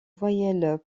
voyelles